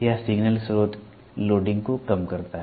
यह सिग्नल स्रोत के लोडिंग को कम करता है